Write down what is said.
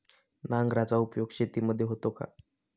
नांगराचा उपयोग शेतीमध्ये होतो का?